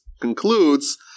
concludes